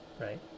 right